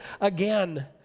again